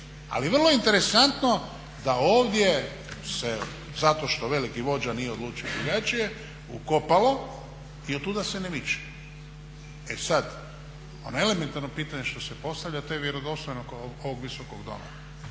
Ali vrlo interesantno da ovdje se zato što veliki vođa nije odlučio drugačije ukopalo i otuda se ne miče. E sad, ono elementarno pitanje što se postavlja to je vjerodostojnost ovog Visokog doma.